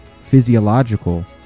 physiological